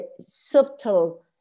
subtle